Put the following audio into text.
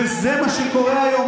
וזה מה שקורה היום,